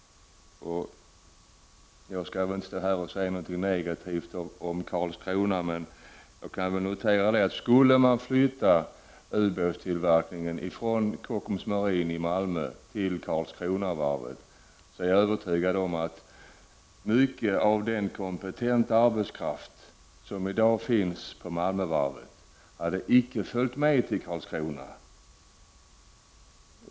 Jag skall inte stå här och säga något negativt om Karlskrona, men jag är övertygad om att skulle ubåtstillverkningen flyttas från Kockums Marine i Malmö till Karlskronavarvet, skulle mycket av den kompetenta arbetskraften som finns i dag på Malmövarvet inte följa med till Karlskrona.